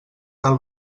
del